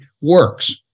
works